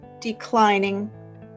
declining